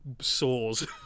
sores